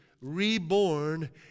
reborn